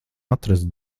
atrast